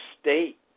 state